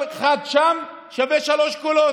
בסופו של דבר,